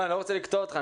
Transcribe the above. אני לא רוצה לקטוע אותך.